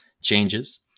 changes